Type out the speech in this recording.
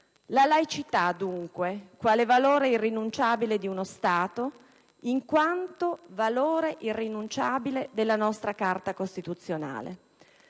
La laicità, dunque, quale valore irrinunciabile di uno Stato, in quanto valore irrinunciabile della nostra Carta costituzionale.